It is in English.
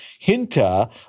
Hinta